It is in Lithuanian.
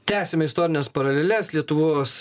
tęsiame istorines paraleles lietuvos